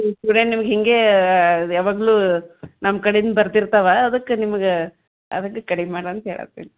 ಇವರೇ ನಿಮ್ಗೆ ಹೀಗೇ ಯಾವಾಗ್ಲೂ ನಮ್ಮ ಕಡೀಂದ ಬರ್ತಿರ್ತವೆ ಅದಕ್ಕೆ ನಿಮ್ಗೆ ಅದಕ್ಕೆ ಕಡಿಮೆ ಮಾಡಿ ಅಂತ ಹೇಳಾತೀನಿ